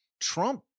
Trump